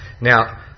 Now